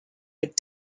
with